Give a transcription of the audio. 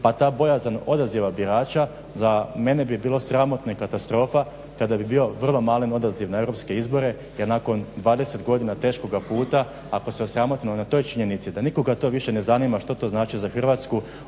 pa ta bojazan odaziva birača za mene bi bilo sramotno i katastrofa kada bi bio vrlo mali odaziv na Europske izbore jer nakon 20 godina teškoga puta ako se osramotimo na toj činjenici da nikoga to više ne zanima što to znači za Hrvatsku,